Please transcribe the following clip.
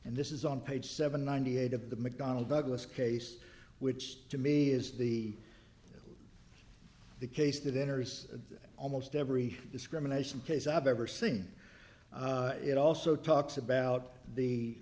and this is on page seven ninety eight of the mcdonnell douglas case which to me is the the case that interests of almost every discrimination case i've ever seen it also talks about the